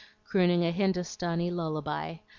crooning a hindostanee lullaby,